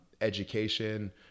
education